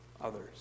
others